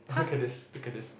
look at this look at this